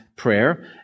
prayer